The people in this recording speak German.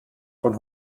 von